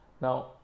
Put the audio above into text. Now